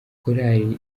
korali